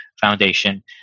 foundation